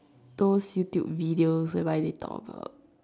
those YouTube videos whereby they talk about